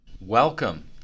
Welcome